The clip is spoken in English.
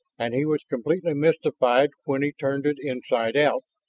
and he was completely mystified when he turned it inside out,